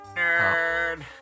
Nerd